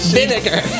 Vinegar